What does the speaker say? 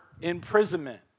imprisonment